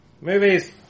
Movies